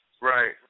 Right